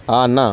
అన్నా